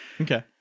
okay